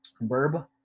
Verb